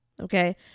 Okay